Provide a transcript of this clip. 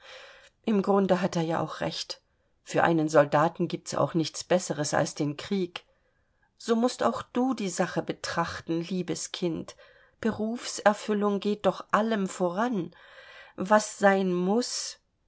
im grunde hat er ja auch recht für einen soldaten gibt's auch nichts besseres als den krieg so mußt auch du die sache betrachten liebes kind berufserfüllung geht doch allem voran was sein muß